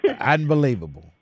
Unbelievable